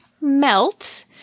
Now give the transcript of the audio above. melt